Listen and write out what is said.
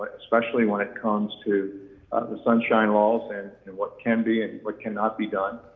especially when it comes to the sunshine laws and and what can be and what cannot be done,